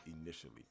initially